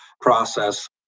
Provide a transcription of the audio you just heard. process